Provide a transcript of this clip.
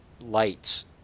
lights